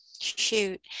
shoot